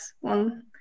one